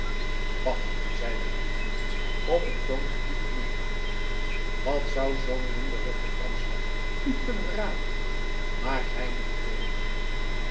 bah zeide heenvliet op een toon van diepe minachting wat zoû zoo'n winderige franschman u kunnen raden maar gy moet het weten